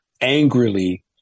angrily